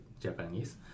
Japanese